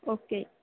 okay